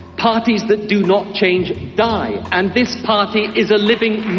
parties that do not change die, and this party is a living